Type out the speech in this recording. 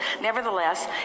nevertheless